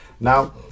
Now